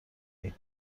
ایم